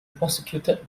prosecuted